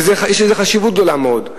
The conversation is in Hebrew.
יש לזה חשיבות גדולה מאוד.